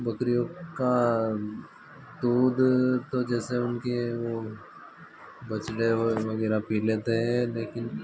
बकरियों का दूध तो जैसे उनके वह बछड़े और वग़ैरह पी लेते हैं लेकिन